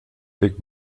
big